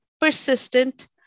persistent